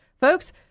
Folks